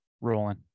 rolling